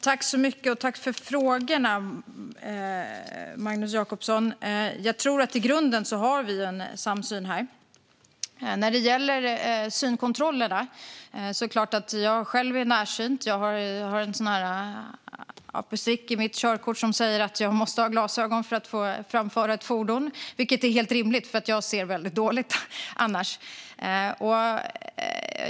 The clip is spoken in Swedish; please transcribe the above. Fru talman! Tack för frågorna, Magnus Jacobsson! Jag tror att vi i grunden har en samsyn här. När det gäller synkontrollerna kan jag säga att jag själv är närsynt. Jag har en sådan där markering i mitt körkort som säger att jag måste ha glasögon för att få framföra ett fordon. Det är helt rimligt, för jag ser väldigt dåligt annars.